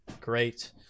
great